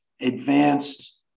advanced